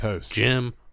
Jim